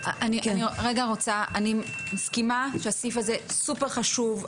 אני מסכימה שהסעיף הזה סופר חשוב,